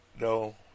No